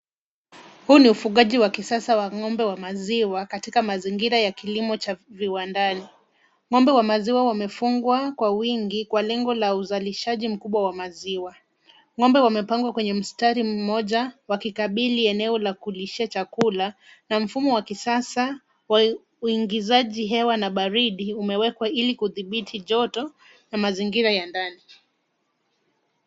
Huu ni ufugaji wa kisasa wa ng'ombe wa maziwa katika mazingira ya kilimo cha viwandani. Ng'ombe wa maziwa wamefugwa kwa wingi kwa lengo ya uzalishaji mkubwa wa maziwa. Ng'ombe wamepangwa kwa mistari moja waki kabili eneo la kulishia chakula na mfumo wa kisasa uigizaji hewa na baridi umewekwa ili kudhibiti joto na mazingira ya ndani.